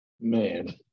Man